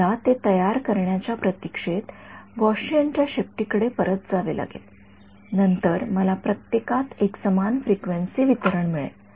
मला ते तयार करण्याच्या प्रतीक्षेत गॉसिअन च्या शेपटीकडे परत जावे लागेल नंतर मला प्रत्येकात एकसमान फ्रिक्वेन्सी वितरण मिळेल